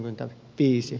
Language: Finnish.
arvoisa puhemies